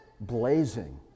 blazing